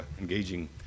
engaging